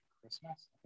Christmas